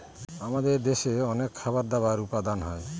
আমাদের দেশে অনেক খাবার দাবার উপাদান হয়